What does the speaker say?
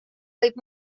võib